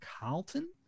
Carlton